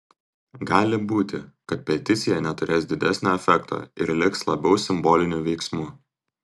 gali būti kad peticija neturės didesnio efekto ir liks labiau simboliniu veiksmu